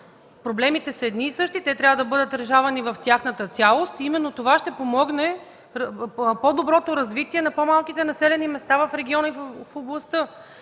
Проблемите са едни и същи – те трябва да бъдат решавани в тяхната цялост. Именно това ще помогне за по-доброто развитие на по-малките населени места в региона, в областта.